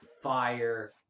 fire